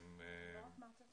לא.